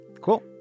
Cool